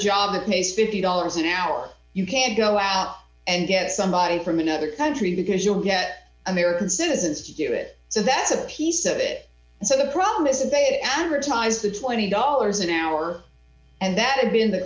job that pays fifty dollars an hour you can't go out and get somebody from another country because you get american citizens you do it so that's a piece of it and so the problem is they advertise the twenty dollars an hour and that have been t